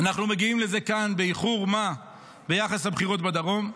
אנחנו מגיעים לזה כאן באיחור מה ביחס לבחירות בדרום.